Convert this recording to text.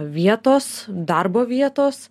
vietos darbo vietos